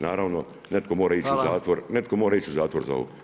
Naravno netko mora ići u zatvor, netko mora ići u zatvor za ovo.